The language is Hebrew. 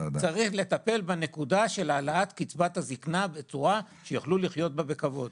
צריך לטפל בנקודה של העלאת קצבת הזיקנה בצורה שיוכלו לחיות בה בכבוד.